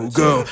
go